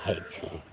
होइ छै